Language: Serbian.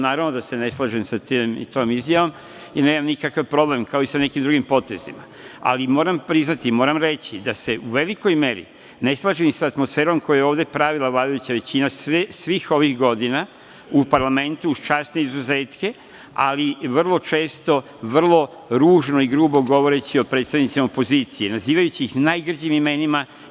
Naravno da se ne slažem sa tom izjavom i nemam nikakav problem, kao i sa nekim drugim potezima, ali moram priznati, moram reći da se u velikoj meri ne slažem ni sa atmosferom koju je ovde pravila vladajuća većina svih ovih godina u parlamentu, uz čast za izuzetke, ali vrlo često vrlo ružno i grubo govoreći o predstavnicima opozicije, nazivajući ih najgrđim imenima.